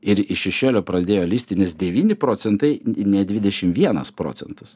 ir iš šešėlio pradėjo lįsti nes devyni procentai ne dvidešim vienas procentas